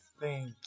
Thank